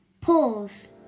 Pause